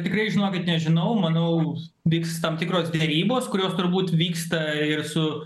tikrai žinokit nežinau manau vyks tam tikros derybos kurios turbūt vyksta ir su